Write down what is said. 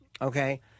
okay